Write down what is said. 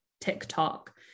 TikTok